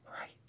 Right